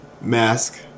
mask